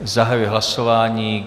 Zahajuji hlasování.